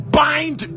bind